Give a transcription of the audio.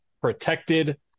protected